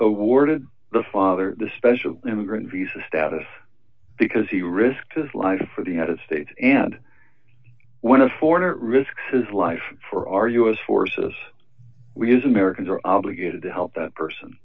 awarded the father the special immigrant visa status because he risked his life for the united states and when a foreigner risks his life for our u s forces we use americans are obligated to help that person